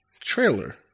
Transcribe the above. Trailer